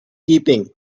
keeping